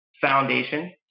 Foundation